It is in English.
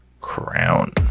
crown